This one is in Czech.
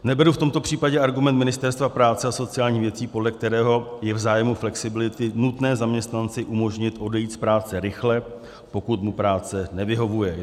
Neberu v tomto případě argument Ministerstva práce a sociálních věcí, podle kterého je v zájmu flexibility nutné zaměstnanci umožnit odejít z práce rychle, pokud mu práce nevyhovuje.